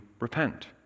repent